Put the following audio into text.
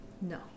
No